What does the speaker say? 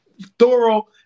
thorough